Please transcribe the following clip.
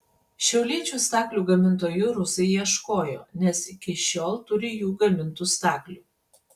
šiauliečių staklių gamintojų rusai ieškojo nes iki šiol turi jų gamintų staklių